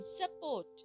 support